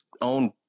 own –